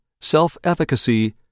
self-efficacy